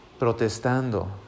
protestando